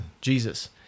Jesus